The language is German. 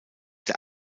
der